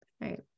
right